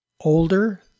older